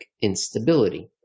instability